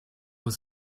was